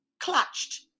clutched